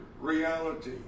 reality